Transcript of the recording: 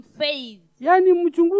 faith